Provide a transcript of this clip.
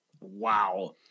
Wow